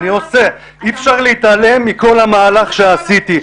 אני עושה, אי-אפשר להתעלם מכל המהלך שעשיתי.